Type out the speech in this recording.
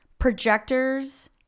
projectors